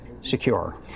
secure